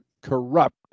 corrupt